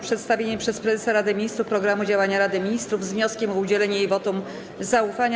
Przedstawienie przez prezesa Rady Ministrów programu działania Rady Ministrów z wnioskiem o udzielenie jej wotum zaufania.